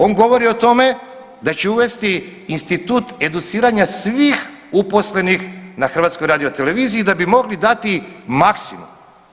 On govori o tome da će uvesti institut educiranja svih uposlenih na HRT-u da bi mogli dati maksimum.